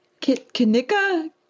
Kanika